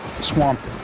swamped